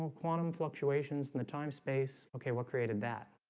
um quantum fluctuations in the time space. okay, what created that?